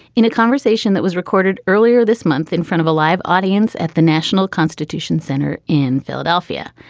in a conversation that was recorded earlier this month in front of a live audience at the national constitution center in philadelphia.